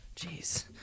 Jeez